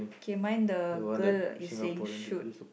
K mine the girl is saying shoot